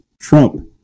Trump